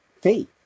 faith